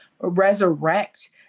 resurrect